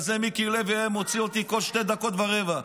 בגלל זה מיקי לוי היה מוציא אותי כל שתי דקות ורבע.